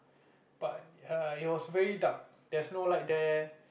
but err it was very dark there's no light there